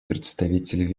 представитель